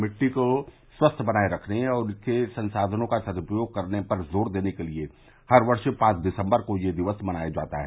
मिट्टी को स्वस्थ बनाये रखने और इसके संसाधनों का सदुपयोग करने पर जोर देने के लिए हर वर्ष पांच दिसम्बर को यह दिवस मनाया जाता है